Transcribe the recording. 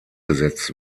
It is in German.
gesetzt